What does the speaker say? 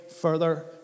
further